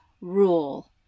rule